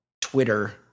Twitter